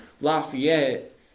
Lafayette